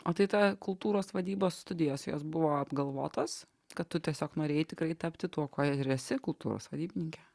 o tai ta kultūros vadybos studijos jos buvo apgalvotos kad tu tiesiog norėjai tikrai tapti tuo kuo ir esi kultūros vadybininke